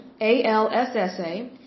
ALSSA